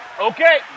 Okay